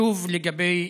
שוב לגבי